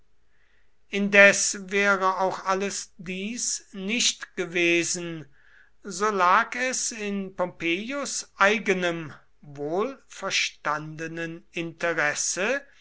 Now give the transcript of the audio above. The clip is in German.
indes wäre auch alles dies nicht gewesen so lag es in pompeius eigenem wohlverstandenen interesse